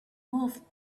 moved